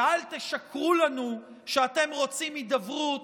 ואל תשקרו לנו שאתם רוצים הידברות,